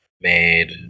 made